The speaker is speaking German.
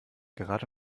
gerade